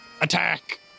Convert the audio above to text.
Attack